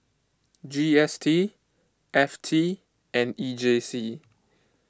G S T F T and E J C